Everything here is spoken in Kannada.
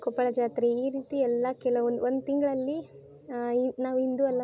ಕೊಪ್ಪಳ ಜಾತ್ರೆ ಈ ರೀತಿ ಎಲ್ಲ ಕೆಲೊ ಒಂದು ಒಂದು ತಿಂಗಳಲ್ಲಿ ಈ ನಾವು ಇಂದು ಅಲ್ಲ ನಾವು